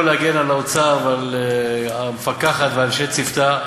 אני רוצה פה להגן על האוצר ועל המפקחת ואנשי צוותה.